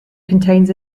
contains